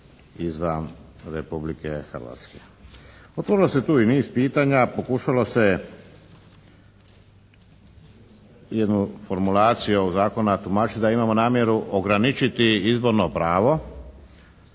izvan Republike Hrvatske. Otvorilo se tu i niz pitanja, pokušalo se jednu formulaciju ovog Zakona tumačiti da imamo namjeru ograničiti izborno pravo